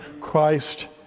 Christ